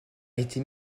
été